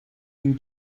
این